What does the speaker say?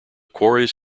quarries